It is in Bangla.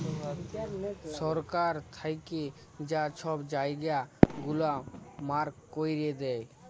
সরকার থ্যাইকে যা ছব জায়গা গুলা মার্ক ক্যইরে দেয়